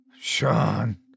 Sean